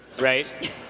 Right